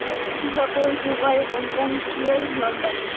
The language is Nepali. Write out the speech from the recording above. Singapore Dubai Hong Kong Seoul London